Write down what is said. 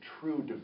true